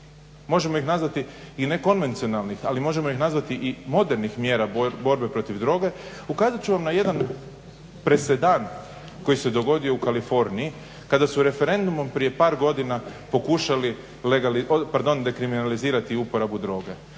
možemo ih nazvati i nekonvencionalnih, ali možemo ih nazvati i modernih mjera borbe protiv droge, ukazat ću vam na jedan presedan koji se dogodio u Kaliforniji, kada su referendumom prije par godina pokušali dekriminalizirati uporabu droge.